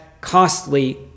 costly